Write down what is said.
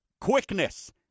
quickness